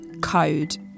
CODE